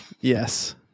Yes